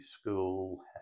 school